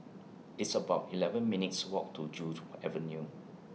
It's about eleven minutes' Walk to Joo Avenue